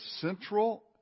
central